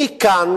מי כאן